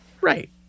Right